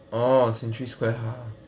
oh century square hub